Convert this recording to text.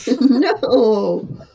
no